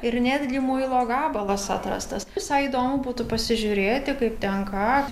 ir netgi muilo gabalas atrastas visai įdomu būtų pasižiūrėti kaip ten ką